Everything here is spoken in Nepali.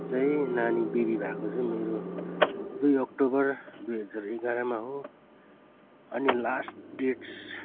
चाहिँ नानी बेबी भएको चाहिँ मेरो दुई अक्टोबर दुई हजार एघारमा हो अनि लास्ट डेट्स